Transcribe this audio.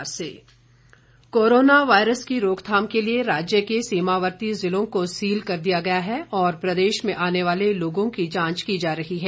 corona corona virus की रोकथाम के लिए राज्य के सीमावर्ती ज़िलों को सील कर दिया गया है और प्रदेश में आने वाले लोगों की जांच की जा रही है